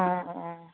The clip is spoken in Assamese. অঁ অঁ